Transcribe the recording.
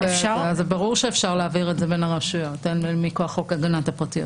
ברור שאפשר להעביר את זה בין הרשויות גם מכוח חוק הגנת הפרטיות,